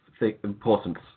importance